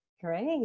Great